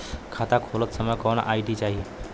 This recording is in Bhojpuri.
खाता खोलत समय कौन आई.डी चाही?